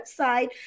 website